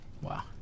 Wow